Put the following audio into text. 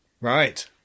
Right